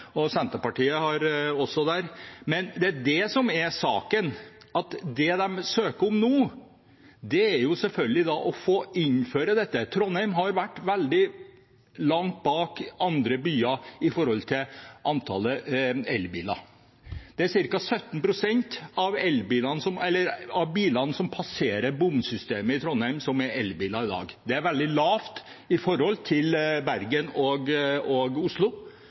og Senterpartiet også. Men det er det som er saken, at det de søker om nå, er selvfølgelig å få innføre dette. Trondheim har vært veldig langt bak andre byer når det gjelder antall elbiler. Det er ca. 17 pst. av bilene som passerer bomsystemet i Trondheim i dag, som er elbiler. Det er veldig lavt i forhold til Bergen og Oslo.